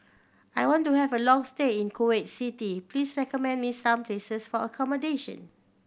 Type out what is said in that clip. I want to have a long stay in Kuwait City please recommend me some places for accommodation